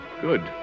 Good